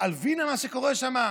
על וינה ומה שקורה שם?